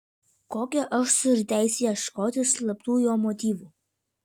kokią aš turiu teisę ieškoti slaptų jo motyvų